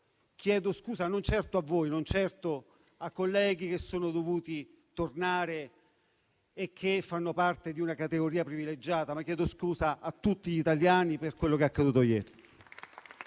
chiedo scusa, non certo a voi, non certo ai colleghi che sono dovuti tornare e che fanno parte di una categoria privilegiata, ma chiedo scusa a tutti gli italiani per quello che è accaduto ieri.